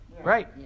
Right